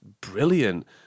brilliant